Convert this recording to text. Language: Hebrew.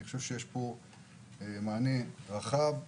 יש מענה רחב,